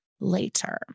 Later